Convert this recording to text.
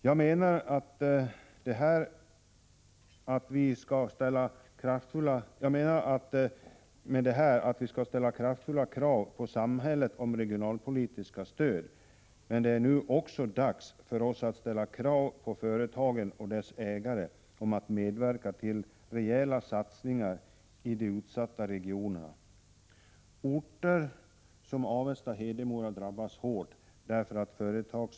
Jag menar att vi bör ställa krav på samhället om kraftfullt näringslivsstöd, men det är nu dags att också ställa krav på företagen och deras ägare att medverka till rejäla satsningar i de utsatta regionerna. Orter som Avesta och Hedemora har drabbats hårt därför att företagsägar Prot.